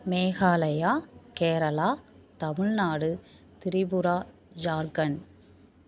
Meghalaya Kerala Tamil Nadu Tripura Jharkhand